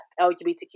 LGBTQ